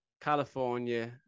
California